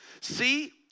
See